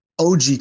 OG